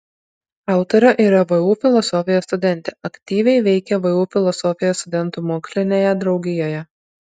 autorė yra vu filosofijos studentė aktyviai veikia vu filosofijos studentų mokslinėje draugijoje